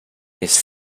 his